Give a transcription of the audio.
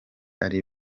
ari